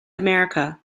america